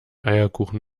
eierkuchen